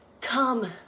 Come